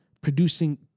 producing